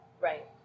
Right